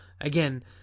again